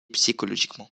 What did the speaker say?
psychologiquement